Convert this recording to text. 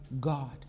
God